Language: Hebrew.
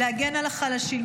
להגן על החלשים,